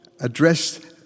addressed